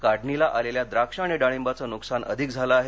काढणीला आलेल्या द्राक्ष आणि डाळींबाचे नुकसान अधिक झालं आहे